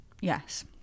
yes